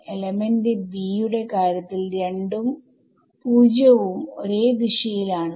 element b യുടെ കാര്യത്തിൽ 2 ഉം 0 യും ഒരേ ദിശയിൽ ആണ്